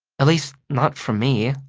at least, not from me.